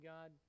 God